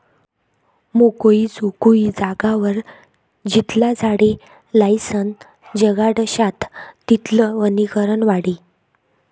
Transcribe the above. मोकयी चोकयी जागावर जितला झाडे लायीसन जगाडश्यात तितलं वनीकरण वाढी